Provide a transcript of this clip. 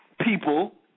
people